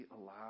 allow